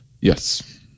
Yes